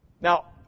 Now